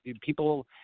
people